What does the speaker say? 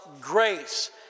grace